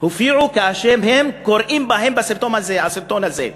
שהם קוראים בסרטון הזה.